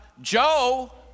Joe